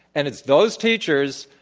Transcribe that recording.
and it's those teachers,